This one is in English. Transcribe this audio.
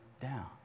down